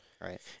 Right